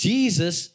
Jesus